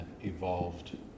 evolved